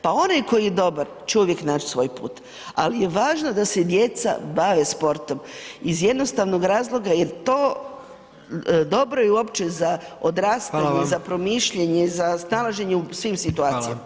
Pa onaj tko je dobar će uvijek nać svoj put, ali je važno da se djeca bave sportom iz jednostavnog razloga jer to dobro je uopće za odrastanje, za promišljanje, za snalaženje u svim situacijama.